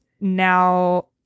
now